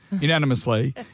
unanimously